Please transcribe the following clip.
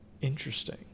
interesting